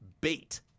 Bait